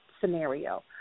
scenario